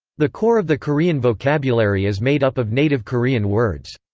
the core of the korean vocabulary is made up of native korean words.